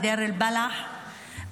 בדיר אל-בלח,